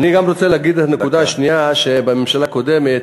אני רוצה לדבר על נקודה שנייה, שבממשלה הקודמת,